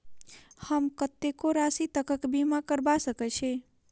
हम कत्तेक राशि तकक बीमा करबा सकै छी?